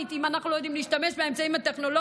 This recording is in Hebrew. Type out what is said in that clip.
אם אנחנו לא יודעים להשתמש באמצעים הטכנולוגיים